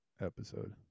episode